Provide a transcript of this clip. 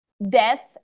death